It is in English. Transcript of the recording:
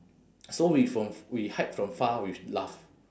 so we from f~ we hide from far we laugh